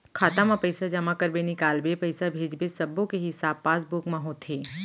खाता म पइसा जमा करबे, निकालबे, पइसा भेजबे सब्बो के हिसाब पासबुक म होथे